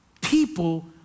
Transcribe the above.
people